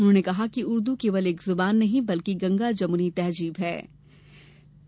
उन्होंने कहा कि उर्दू केवल एक जुबान नहीं बल्कि गंगा जमुनी तहजीब का नाम है